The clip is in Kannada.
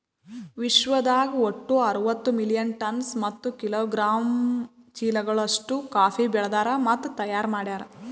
ವಿಶ್ವದಾಗ್ ಒಟ್ಟು ಅರವತ್ತು ಮಿಲಿಯನ್ ಟನ್ಸ್ ಮತ್ತ ಕಿಲೋಗ್ರಾಮ್ ಚೀಲಗಳು ಅಷ್ಟು ಕಾಫಿ ಬೆಳದಾರ್ ಮತ್ತ ತೈಯಾರ್ ಮಾಡ್ಯಾರ